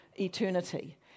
eternity